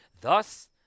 thus